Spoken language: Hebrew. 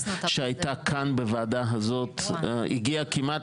שהייתה כאן בוועדה הזאת והגיעה כמעט